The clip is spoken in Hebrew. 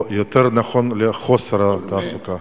או יותר נכון לחוסר התעסוקה.